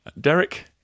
Derek